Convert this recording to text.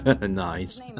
Nice